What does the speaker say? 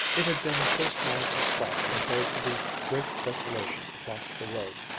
it had been so small a spot compared to the great desolation across the road,